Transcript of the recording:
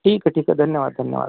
ठीक आहे ठीक आहे धन्यवाद धन्यवाद